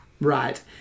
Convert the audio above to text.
right